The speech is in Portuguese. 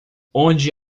onde